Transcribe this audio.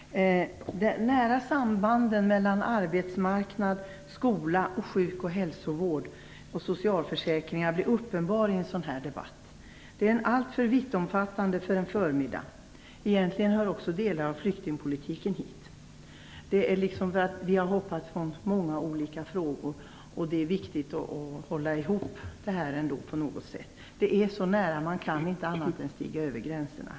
Fru talman! De nära sambanden mellan arbetsmarknaden, skolan, sjuk och hälsovården och socialförsäkringarna blir uppenbara i en sådan här debatt. Den är allt för vittomfattande för en förmiddag. Egentligen hör också delar av flyktingpolitiken hit. Vi har hoppat mellan många olika frågor. Det är viktigt att man ändå håller ihop dem på något sätt. Dessa frågor ligger så nära varandra att man inte kan annat än stiga över gränserna.